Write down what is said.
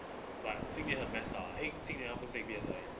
but 就 did her best lah heng 今年不是 they 的 P_S_L_E